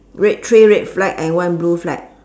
red three red flag and one blue flag